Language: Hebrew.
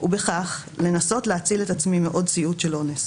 ובכך לנסות להציל את עצמי מעוד סיוט של אונס.